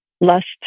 lust